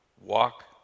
Walk